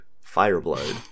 fireblood